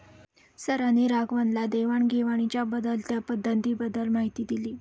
सरांनी राघवनला देवाण घेवाणीच्या बदलत्या पद्धतींबद्दल माहिती दिली